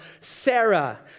Sarah